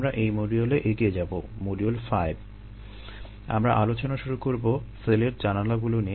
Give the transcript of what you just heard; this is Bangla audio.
আমরা আলোচনা শুরু করবো সেলের জানালাগুলো নিয়ে